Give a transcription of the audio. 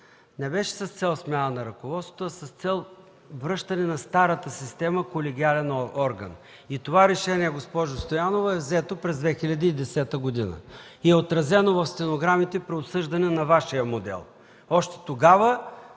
не беше с цел смяна на ръководството, а връщане на старата система – колегиален орган. Това решение, уважаема госпожо Стоянова, е взето през 2010 г. и е отразено в стенограмите при обсъждането на Вашия модел. Още тогава